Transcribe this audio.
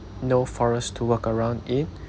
no forest to walk around in